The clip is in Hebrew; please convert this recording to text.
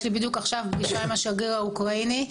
יש לי בדיוק עכשיו פגישה עם השגריר האוקראיני,